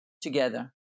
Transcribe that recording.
together